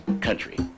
country